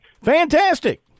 Fantastic